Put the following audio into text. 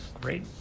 Great